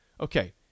Okay